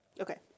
Okay